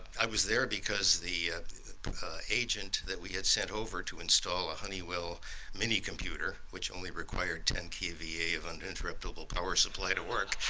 i was there because the agent that we had sent over to install a honeywell minicomputer, which only required ten kva of uninterruptable power supply to work,